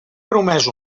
promès